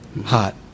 Hot